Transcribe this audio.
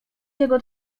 jego